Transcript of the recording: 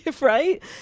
right